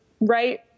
right